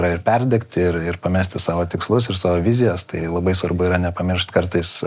yra ir perdegti ir ir pamesti savo tikslus ir savo vizijas tai labai svarbu yra nepamiršt kartais